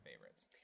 favorites